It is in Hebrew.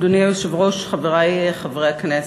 אדוני היושב-ראש, חברי חברי הכנסת,